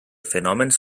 fenòmens